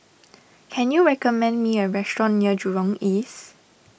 can you recommend me a restaurant near Jurong East